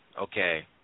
okay